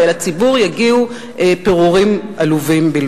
ולציבור יגיעו פירורים עלובים.